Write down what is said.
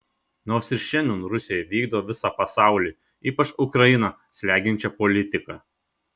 nors ir šiandien rusija vykdo visą pasaulį ypač ukrainą slegiančią politiką